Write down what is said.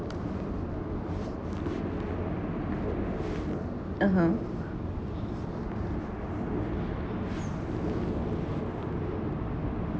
(uh huh)